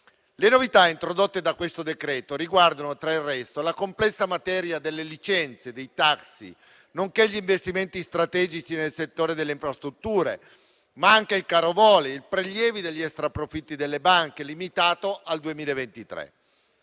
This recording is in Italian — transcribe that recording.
Le novità introdotte da questo decreto riguardano la complessa materia delle licenze dei taxi, nonché gli investimenti strategici nel settore delle infrastrutture, ma anche il caro voli e i prelievi degli extraprofitti delle banche limitati al 2023.